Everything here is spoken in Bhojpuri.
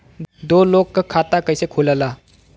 दो लोगक खाता कइसे खुल्ला?